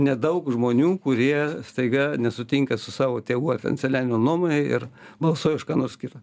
nedaug žmonių kurie staiga nesutinka su savo tėvų ar ten senelių nuomone ir balsuoja už ką nors kita